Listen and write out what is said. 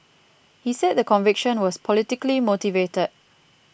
he said the conviction was politically motivated